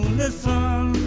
listen